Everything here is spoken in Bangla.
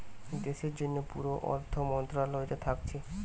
দেশের জন্যে পুরা অর্থ মন্ত্রালয়টা থাকছে